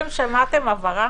אתם שמעתם הברה?